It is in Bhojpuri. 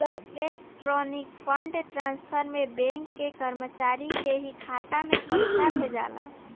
इलेक्ट्रॉनिक फंड ट्रांसफर में बैंक के कर्मचारी के ही खाता में पइसा भेजाला